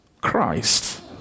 Christ